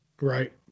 right